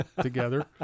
together